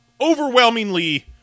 overwhelmingly